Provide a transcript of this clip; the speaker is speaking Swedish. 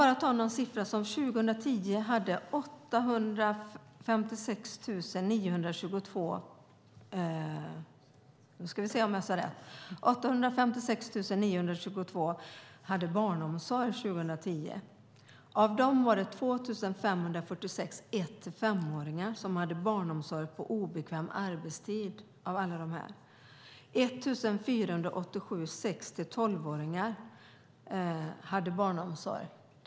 Jag tar några siffror: År 2010 hade 856 922 barnomsorg. Av alla dem var det 2 546 barn mellan ett och fem år och 1 487 barn mellan sex och tolv år som hade barnomsorg på obekväm arbetstid.